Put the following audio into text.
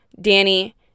Danny